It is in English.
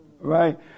Right